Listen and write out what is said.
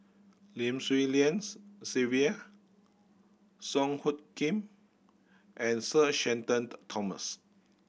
Lim Swee Lian's Sylvia Song Hoot Kiam and Sir Shenton Thomas